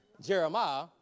Jeremiah